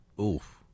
Oof